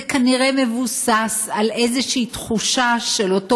זה כנראה מבוסס על איזושהי תחושה של אותו